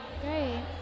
Great